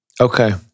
Okay